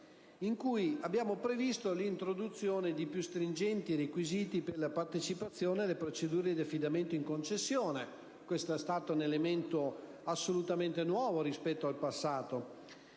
di stabilità ha previsto l'introduzione di più stringenti requisiti per la partecipazione alle procedure di affidamento in concessione (questo è stato un elemento assolutamente nuovo rispetto al passato)